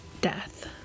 death